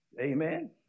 Amen